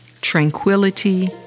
tranquility